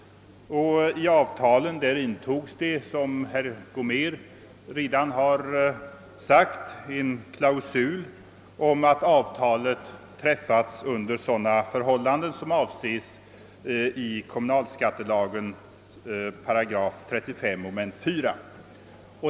I avtalen intogs — som herr Gomér redan nämnt — en klausul om att »avtalet träffats under sådana förhållanden som avses i kommunalskattelagen ———§ 35 mom. 4».